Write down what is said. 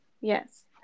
yes